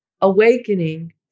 awakening